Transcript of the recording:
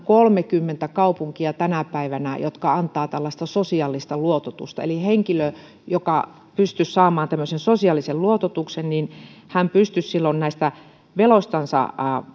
kolmekymmentä kaupunkia jotka antavat tällaista sosiaalista luototusta eli henkilö joka pystyisi saamaan tämmöisen sosiaalisen luototuksen pystyisi silloin näistä veloistansa